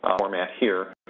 um format here.